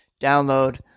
download